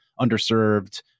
underserved